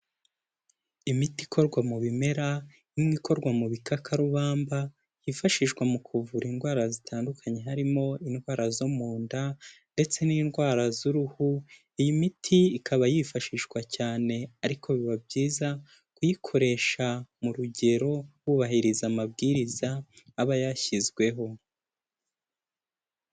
Imiti ikorwa mu bimera, n'indi ikorwa mu bikakarubamba yifashishwa mu kuvura indwara zitandukanye harimo indwara zo mu nda ndetse n'indwara z'uruhu, iyi miti ikaba yifashishwa cyane, ariko biba byiza kuyikoresha mu rugero wubahiriza amabwiriza aba yashyizweho.